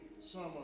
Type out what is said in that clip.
summer